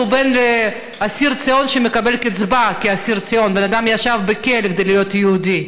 הוא בן לאסיר ציון שמקבל קצבה כאסיר ציון.